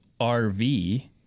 RV